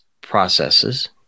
processes